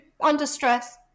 Under-stress